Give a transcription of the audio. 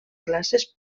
classes